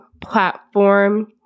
platform